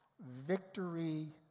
Victory